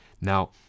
Now